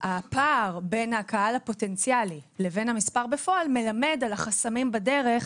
הפער בין הקהל הפוטנציאלי לבין המספר בפועל מלמד על החסמים בדרך